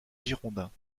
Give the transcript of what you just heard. girondins